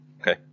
okay